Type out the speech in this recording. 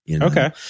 okay